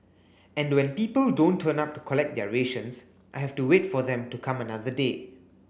and when people don't turn up to collect their rations I have to wait for them to come another day